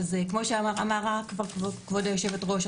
אז כמו שאמרת כבוד יושבת הראש,